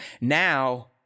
Now